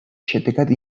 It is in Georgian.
შედეგად